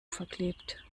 verklebt